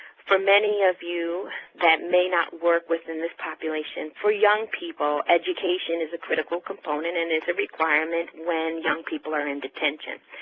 for many of you that may not work within this population, for young people, education is a critical component and is a requirement when young people are in detention.